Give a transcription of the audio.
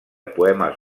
poemes